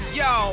yo